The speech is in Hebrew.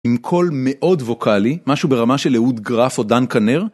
עם קול מאוד ווקאלי, משהו ברמה של אהוד גראפ או דן כנר.